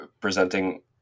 presenting